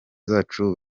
zacu